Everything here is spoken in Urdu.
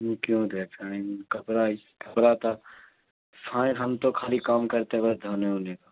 یوں کیوں دکھائیں کپڑا اس صاحب ہم تو خالی کام کرتے ہیں بس دھونے وونے کا